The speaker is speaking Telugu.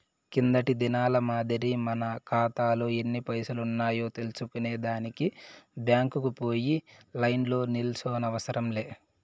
కిందటి దినాల మాదిరి మన కాతాలో ఎన్ని పైసలున్నాయో తెల్సుకునే దానికి బ్యాంకుకు పోయి లైన్లో నిల్సోనవసరం లే